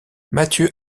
mathieu